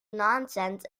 nonsense